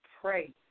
pray